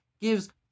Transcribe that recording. gives